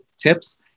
tips